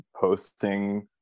posting